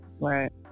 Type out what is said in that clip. right